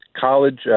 college